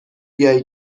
بیای